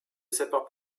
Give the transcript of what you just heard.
sapeurs